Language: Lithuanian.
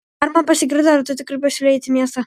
ar man pasigirdo ar tu tikrai pasiūlei eiti į miestą